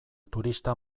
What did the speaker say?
turista